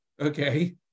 okay